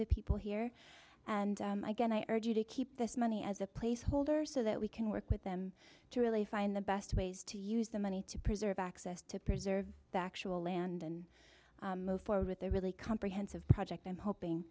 the people here and again i urge you to keep this money as a placeholder so that we can work with them to really find the best ways to use the money to preserve access to preserve the actual land and move forward with a really comprehensive project i'm hoping